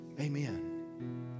Amen